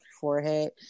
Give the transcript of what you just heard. forehead